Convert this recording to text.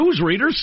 newsreaders